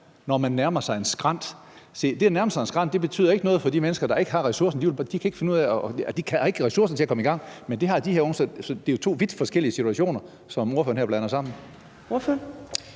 Det at nærme sig en skrænt betyder ikke noget for de mennesker, der ikke har ressourcerne – de har ikke ressourcerne til at komme i gang. Men det har de her unge, så det er jo to vidt forskellige situationer, som ordføreren her blander sammen.